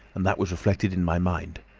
and that was reflected in my mind.